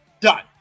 Done